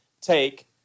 take –